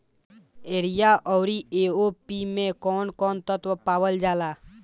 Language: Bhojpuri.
यरिया औरी ए.ओ.पी मै कौवन कौवन तत्व पावल जाला?